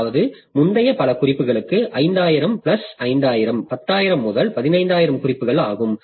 அதாவது முந்தைய பல குறிப்புகளுக்கு 5 000 பிளஸ் 5 000 10 000 முதல் 15 000 குறிப்புகள் ஆகும்